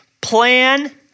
plan